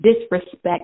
disrespect